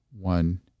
one